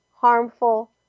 harmful